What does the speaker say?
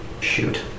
Shoot